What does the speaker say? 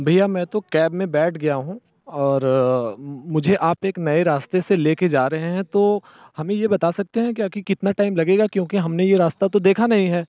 भैया मैं तो कैब में बैठ गया हूँ और मुझे आप एक नए रास्ते से ले कर जा रहें हैं तो हमें यह बता सकते हैं कि आखिर कितना टाइम लगेगा क्योंकि हमने यह रास्ता तो देखा नहीं है